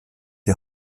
die